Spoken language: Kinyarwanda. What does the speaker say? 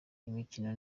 imikino